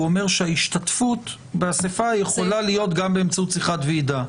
הוא אומר שההשתתפות בוועידה יכולה להיות גם באמצעות שיחת ועידה.